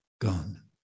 gone